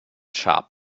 sharp